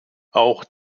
auch